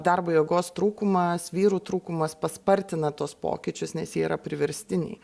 darbo jėgos trūkumas vyrų trūkumas paspartina tuos pokyčius nes jie yra priverstiniai